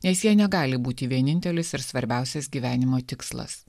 nes jie negali būti vienintelis ir svarbiausias gyvenimo tikslas